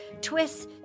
twists